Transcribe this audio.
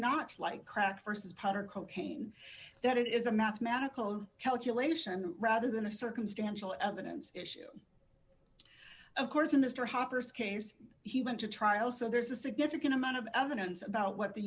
not like crack versus powder cocaine that it is a mathematical calculation rather than a circumstantial evidence issue of course in mr harper's case he went to trial so there's a significant amount of evidence about what the